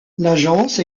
l’agence